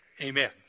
amen